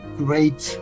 great